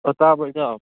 ꯑꯣ ꯇꯥꯕ꯭ꯔꯣ ꯏꯇꯥꯎ